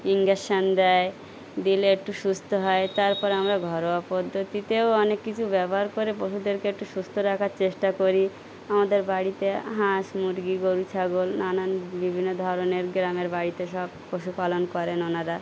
injection দেয় দিলে একটু সুস্থ হয় তারপর আমরা ঘরোয়া পদ্ধতিতেও অনেক কিছু ব্যবহার করে পশুদেরকে একটু সুস্থ রাখার চেষ্টা করি আমাদের বাড়িতে হাঁস মুরগি গরু ছাগল নানান বিভিন্ন ধরনের গ্রামের বাড়িতে সব পশুপালন করেন ওনারা